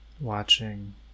watching